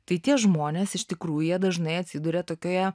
tai tie žmonės iš tikrųjų jie dažnai atsiduria tokioje